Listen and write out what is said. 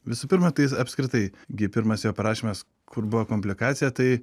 visų pirma tai is apskritai gi pirmas jo parašymas kur buvo komplikacija tai